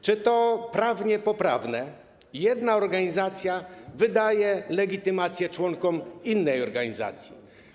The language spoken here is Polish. Czy to prawnie poprawne, że jedna organizacja wydaje legitymacje członkom innej organizacji?